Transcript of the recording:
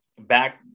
back